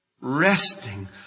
Resting